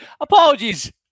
apologies